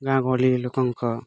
ଗାଁ ଗହଳିରେ ଲୋକଙ୍କ